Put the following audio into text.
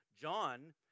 John